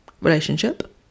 relationship